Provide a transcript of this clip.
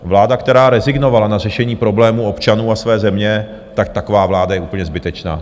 Vláda, která rezignovala na řešení problémů občanů a své země, taková vláda je úplně zbytečná.